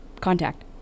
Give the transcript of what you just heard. Contact